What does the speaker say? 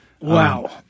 Wow